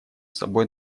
собой